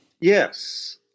Yes